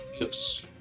Yes